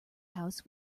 house